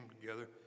together